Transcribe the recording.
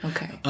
Okay